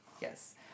Yes